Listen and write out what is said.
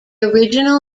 original